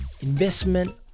investment